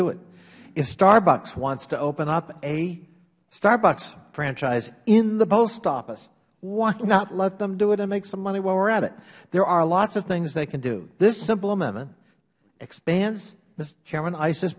do it if starbucks wants to open up a starbucks franchise in the post office why not let them do it and make some money while we are at it there are lots of things they can do this simple amendment expands chairman is